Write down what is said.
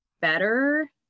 better